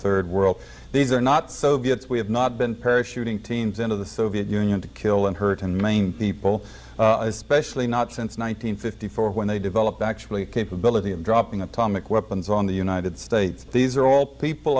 third world these are not soviets we have not been parachuting teams into the soviet union to kill and hurt and maimed people especially not since one nine hundred fifty four when they developed actually capability of dropping atomic weapons on the united states these are all people